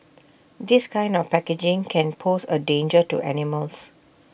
this kind of packaging can pose A danger to animals